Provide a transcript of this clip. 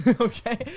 Okay